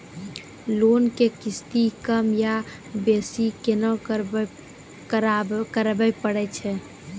Loan के किस्ती कम या बेसी केना करबै पारे छियै?